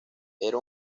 era